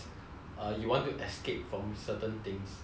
you want to escape from certain things